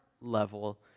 level